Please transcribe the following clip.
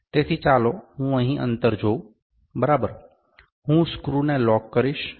તેથી ચાલો હું અહીં અંતર જોઉં બરાબર હું સ્ક્રૂને લોક કરીશ